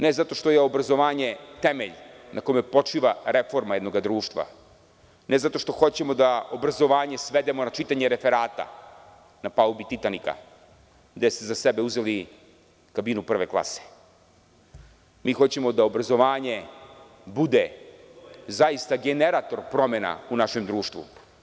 Ne zato što je obrazovanje temelj na kome počiva reforma jednog društva, ne zato što hoćemo da obrazovanje svedemo na čitanje referata na palubi „Titanika“ gde ste za sebe uzeli kabinu prve klase, mi hoćemo da obrazovanje bude zaista generator promena u našem društvu.